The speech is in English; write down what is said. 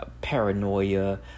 paranoia